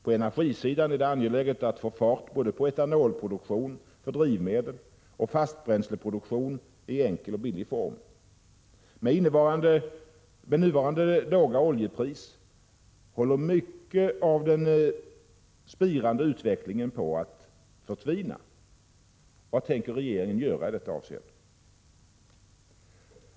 På energisidan är det angeläget att få fart både på etanolproduktion för drivmedel och på fastbränsleproduktion i enkel och billig form. Med nuvarande låga oljepris håller mycket av den spirande utvecklingen på att förtvina. Vad tänker regeringen göra i detta avseende?